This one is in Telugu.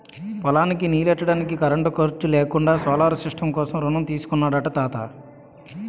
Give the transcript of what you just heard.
పొలానికి నీల్లెట్టడానికి కరెంటు ఖర్సు లేకుండా సోలార్ సిస్టం కోసం రుణం తీసుకున్నాడట తాత